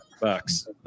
bucks